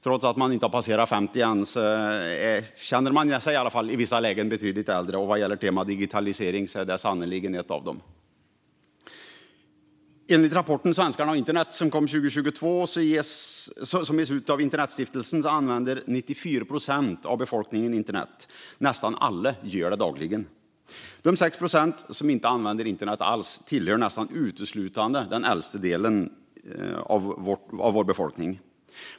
Trots att man inte har passerat 50 än känner man sig i vissa lägen betydligt äldre, och det gäller sannerligen när temat är digitalisering. Enligt rapporten Svenskarna och internet 2022 , som ges ut av Internetstiftelsen, använder 94 procent av befolkningen internet, och nästan alla gör det dagligen. De 6 procent som inte använder internet alls tillhör nästan uteslutande de äldsta i vår befolkning.